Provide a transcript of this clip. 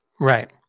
Right